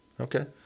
Okay